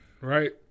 Right